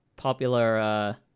Popular